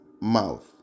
mouth